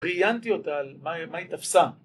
ראיינתי אותה על מה היא תפסה